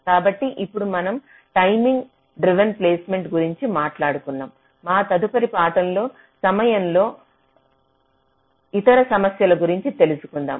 కాబట్టి ఇప్పుడు మనం టైమింగ్ డ్రివెన్ ప్లేస్మెంట్ గురించి మాట్లాడుకున్నాం మా తదుపరి పాఠంలో సమయంలో ఇతర సమస్యల గురించి తెలుసుకుందాం